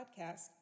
podcast